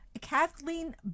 Kathleen